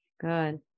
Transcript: Good